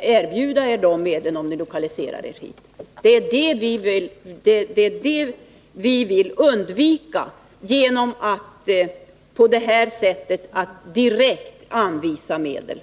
erbjuda er de medlen om ni lokaliserar er hit. Det är den situationen vi vill undvika genom att på det här sättet direkt anvisa medel.